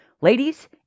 Ladies